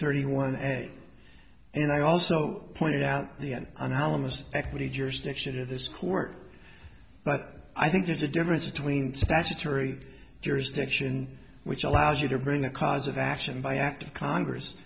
thirty one and and i also pointed out the an analysis of equity jurisdiction of this court but i think there's a difference between statutory jurisdiction which allows you to bring a cause of action by act of congress